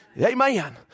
Amen